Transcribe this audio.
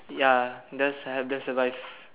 ya just help them survive